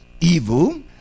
evil